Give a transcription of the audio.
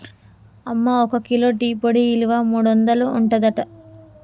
అమ్మ ఒక kilo tea పొడి ఇలువ మూడొందలు ఉంటదట